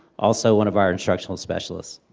also, one of our instructional specialists.